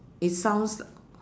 it sounds